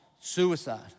suicide